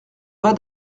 bas